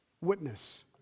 witness